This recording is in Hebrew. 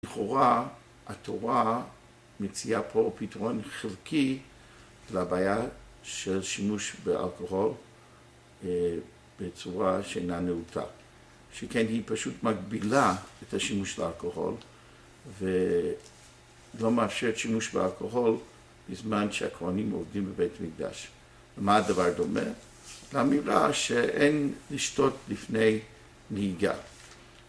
‫לכאורה התורה מציעה פה פתרון חלקי ‫לבעיה של שימוש באלכוהול ‫בצורה שאינה נאותה, ‫שכן היא פשוט מגבילה ‫את השימוש באלכוהול, ‫ולא מאפשרת שימוש באלכוהול ‫בזמן שהכהנים עובדים בבית המקדש. לומה הדבר דומה? ‫למילה שאין לשתות לפני נהיגה.